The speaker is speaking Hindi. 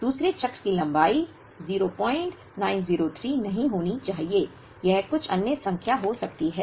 दूसरे चक्र की लंबाई 0903 नहीं होनी चाहिए यह कुछ अन्य संख्या हो सकती है